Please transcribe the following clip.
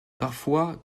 parfois